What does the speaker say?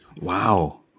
Wow